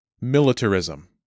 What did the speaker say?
Militarism